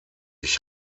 ich